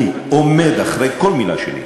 אני עומד מאחורי כל מילה שלי,